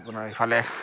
আপোনাৰ ইফালে